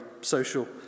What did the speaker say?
social